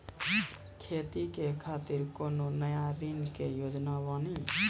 खेती के खातिर कोनो नया ऋण के योजना बानी?